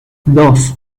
dos